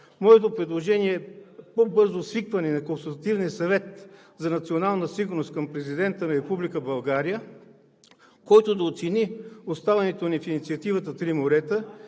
Моето предложение е: по-бързо свикване на Консултативния съвет за национална сигурност към Президента на Република България, който да оцени оставането ни в инициативата „Три морета“.